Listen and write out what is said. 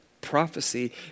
prophecy